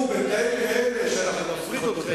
בתנאים כאלה שאנחנו נפריד אתכם,